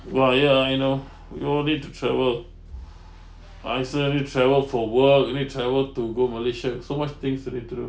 !wah! ya I know we all need to travel I also need to travel for work need to travel to go malaysia so much things you need to do